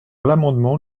l’amendement